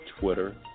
Twitter